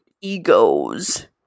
egos